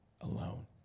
alone